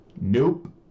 Nope